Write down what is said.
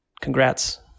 Congrats